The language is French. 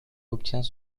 obtient